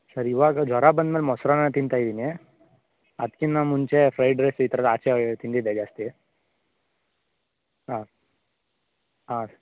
sir ಇವಾಗ ಜ್ವರ ಬಂದ ಮೇಲೆ ಮೊಸರನ್ನ ತಿಂತಾ ಇದ್ದೀನಿ ಅದಕ್ಕಿಂತ ಮುಂಚೆ ಫ್ರೈಡ್ ರೈಸ್ ಈ ಥರದ್ದು ಆಚೆ ತಿಂದಿದ್ದೆ ಜಾಸ್ತಿ ಹಾಂ ಹಾಂ ಸರ್